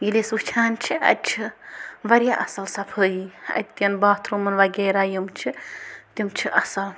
ییٚلہِ أسۍ وٕچھان چھِ اَتہِ چھِ واریاہ اَصٕل صفٲیی اَتہِ کٮ۪ن باتھروٗمَن وغیرہ یِم چھِ تِم چھِ اَصٕل